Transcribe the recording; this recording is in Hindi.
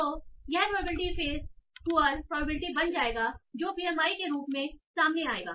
तो यह प्रोबेबिलिटी फ्रेस पुअर प्रोबेबिलिटी बन जाएगा जो पीएमआई के रूप में सामने आएगा